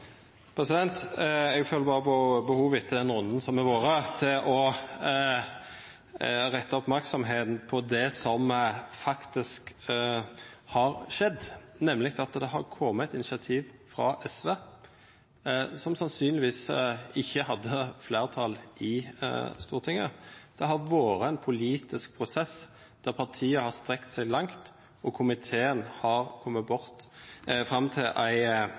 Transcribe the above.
har vore, å retta merksemda på det som faktisk har skjedd, nemleg at det har kome eit initiativ frå SV som sannsynlegvis ikkje hadde fleirtal i Stortinget. Det har vore ein politisk prosess der partia har strekt seg langt, og komiteen har kome fram til ei